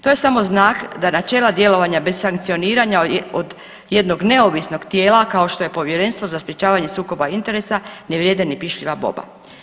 To je samo znak da načela djelovanja bez sankcioniranja od jednog neovisnog tijela kao što je Povjerenstvo za sprječavanje sukoba interesa ne vrijede ni pišljiva boba.